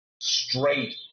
straight